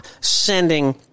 sending